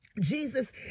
Jesus